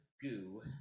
goo